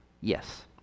Yes